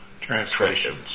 translations